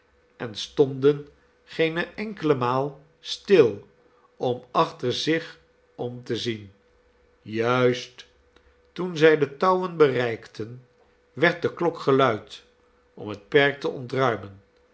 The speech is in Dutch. en stonden geene enkele maal stil om achter zich om te zien juist toen zij de touwen bereikten werd de klok geluid om het perk te ontruimen